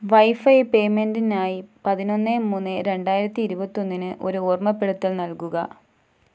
wifi പേയ്മെൻറ്റിനായി പതിനൊന്ന് മൂന്ന് രണ്ടായിരത്തി ഇരുപത്തൊന്നിന് ഒരു ഓർമ്മപ്പെടുത്തൽ നൽകുക